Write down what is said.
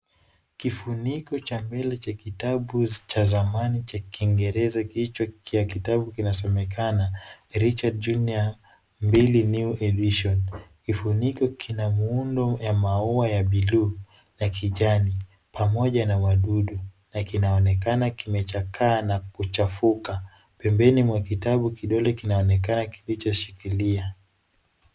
Kifuniko cha mbele cha kitabu cha zamani cha Kingereza, kichwa cha kitabu kinasomekana Richard Junior mbili New edition .Kifuniko kina muundo wa maua ya biluu na kijani pamoja na wadudu na kinaonekana kimechakaa na kuchafuka. Pembeni mwa kitabu kidole kinaonekana kilichoshikilia.